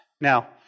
Now